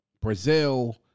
Brazil